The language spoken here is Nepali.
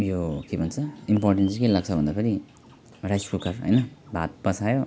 यो के भन्छ इम्पोर्टेन्स के लाग्छ भन्दाफेरि राइस कुकर हैन भात पकायो